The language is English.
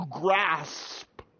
grasp